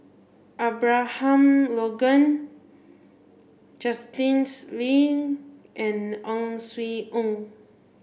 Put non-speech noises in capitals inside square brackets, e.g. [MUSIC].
Abraham Logan [UNINTELLIGIBLE] Lean and Ang Swee Aun